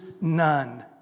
none